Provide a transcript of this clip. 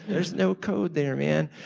there's no code there, man.